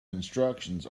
instructions